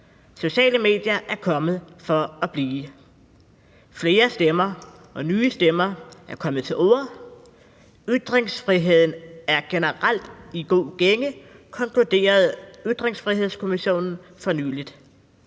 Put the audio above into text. Sociale medier er kommet for at blive. Flere stemmer og nye stemmer er kommet til orde. Ytringsfriheden er generelt i god gænge, konkluderede Ytringsfrihedskommissionen for nylig.